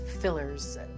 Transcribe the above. fillers